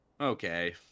okay